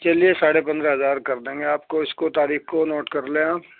چلیے ساڑھے پندرہ ہزار کردیں گے آپ کو اس کو تاریخ کو نوٹ کر لیں آپ